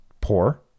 poor